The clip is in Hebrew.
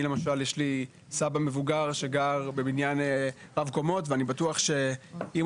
לי למשל יש סבא מבוגר שגר בבניין רב קומות ואני בטוח שאם